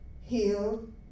healed